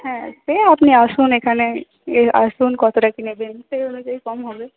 হ্যাঁ সে আপনি আসুন এখানে আসুন কতটা কি নেবেন সেই অনুযায়ী কম হবে